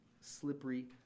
slippery